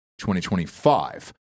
2025